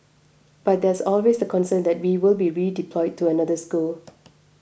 but there is always the concern that we will be redeployed to another school